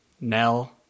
Nell